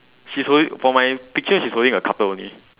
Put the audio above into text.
she's holding for my picture she's holding a cutter only